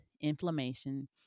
inflammation